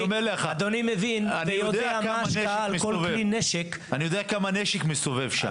אדוני מבין --- אני אומר לך: אני יודע כמה נשק מסתובב שם.